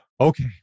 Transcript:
okay